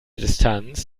distanz